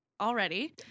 already